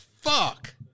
fuck